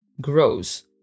grows